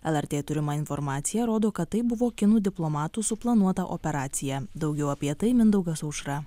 lrt turima informacija rodo kad tai buvo kinų diplomatų suplanuota operacija daugiau apie tai mindaugas aušra